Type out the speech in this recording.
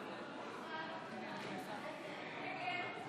נגד שמחה רוטמן, בעד יעל רון בן משה,